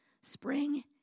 Spring